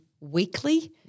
weekly